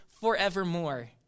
forevermore